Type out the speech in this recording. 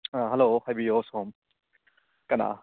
ꯑꯥ hello ꯍꯥꯏꯕꯤꯌꯨꯑꯣ ꯁꯣꯝ ꯀꯅꯥ